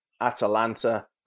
Atalanta